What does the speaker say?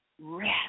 rest